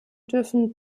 dürfen